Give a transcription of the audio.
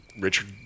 Richard